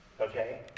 okay